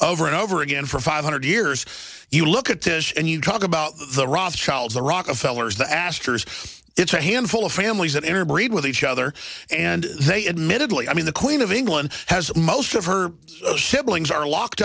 over and over again for five hundred years you look at this and you talk about the ross child the rockefeller's the asters it's a handful of families of every breed with each other and they admittedly i mean the queen of england has most of her siblings are locked